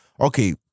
okay